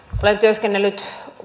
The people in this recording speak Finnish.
olen työskennellyt